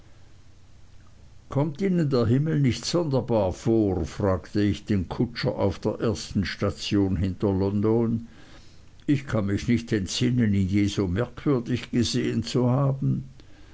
kommt ihnen der himmel nicht sonderbar vor fragte ich den kutscher auf der ersten station hinter london ich kann mich nicht entsinnen ihn je so merkwürdig gesehen zu haben